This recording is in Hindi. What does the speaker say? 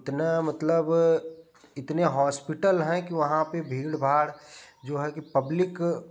उतना मतलब इतने हॉस्पिटल है कि वहाँ पर भीड़ भाड़ जो है कि पब्लिक